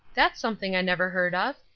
that's something i never heard of.